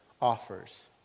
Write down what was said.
offers